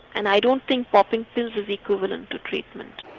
and i don't think popping pills is equivalent to treatment.